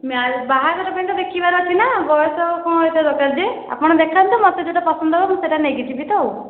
marriage ବାହାଘର ପାଇଁକା ଦେଖିବାର ଅଛି ନା ବୟସ କ'ଣ ଏତେ ଦରକାର ଯେ ଆପଣ ଦେଖାନ୍ତୁ ମୋତେ ଯେଉଁଟା ପସନ୍ଦ ହେବ ମୁଁ ସେଇଟା ନେଇକି ଯିବି ତ ଆଉ